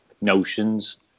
notions